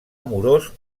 amorós